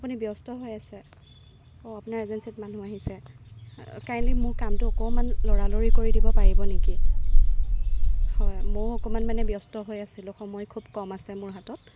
আপুনি ব্যস্ত হৈ আছে অ' আপোনাৰ এজেঞ্চিত মানুহ আহিছে কাইণ্ডলি মোক কামটো অকণমান লৰালৰি কৰি দিব পাৰিব নেকি হয় মও অকণমান মানে ব্যস্ত হৈ আছিলোঁ সময় খুব কম আছে মোৰ হাতত